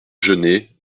genêts